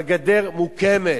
והגדר מוקמת.